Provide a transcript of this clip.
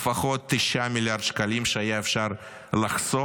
לפחות 9 מיליארד שקלים שהיה אפשר לחסוך